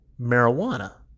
marijuana